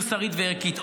מוסרית וערכית,